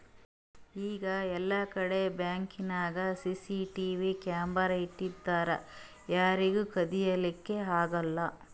ಈಗ್ ಎಲ್ಲಾಕಡಿ ಬ್ಯಾಂಕ್ದಾಗ್ ಸಿಸಿಟಿವಿ ಕ್ಯಾಮರಾ ಇಟ್ಟಿರ್ತರ್ ಯಾರಿಗೂ ಕದಿಲಿಕ್ಕ್ ಆಗಲ್ಲ